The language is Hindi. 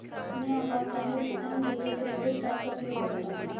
मैं आपातकालीन भुगतान के लिए क्रेडिट कार्ड का उपयोग करता हूं